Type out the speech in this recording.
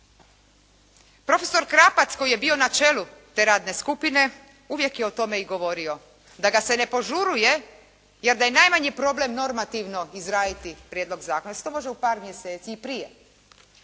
Profesor Krapac koji je bio na čelu te radne skupine uvijek je o tome i govorio, da ga se ne požuruje, jer da je najmanji problem normativno izraditi prijedlog zakona, da se to može u par mjeseci i prije,